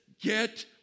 Get